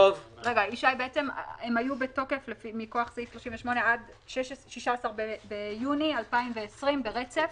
הם היו בתוקף מכוח סעיף 38 עד 16 ביוני 2020 ברצף.